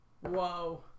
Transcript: Whoa